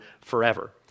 forever